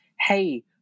hey